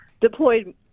deployed